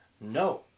No